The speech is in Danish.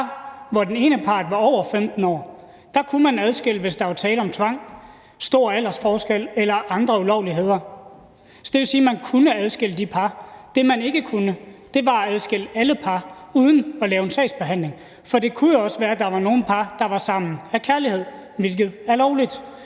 hvor den ene part var over 15 år, kunne man foretage adskillelse, hvis der var tale om tvang, stor aldersforskel eller andre ulovligheder. Det vil sige, at man kunne adskille de par. Det, man ikke kunne, var at adskille alle par uden at lave en sagsbehandling, for det kunne jo også være, at der var nogle par, der var sammen af kærlighed, hvilket var lovligt.